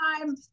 time